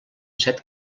set